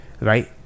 right